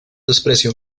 desprecio